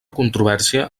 controvèrsia